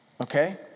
Okay